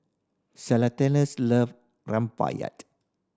love